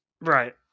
Right